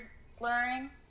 slurring